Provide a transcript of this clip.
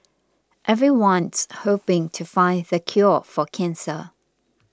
everyone's hoping to find the cure for cancer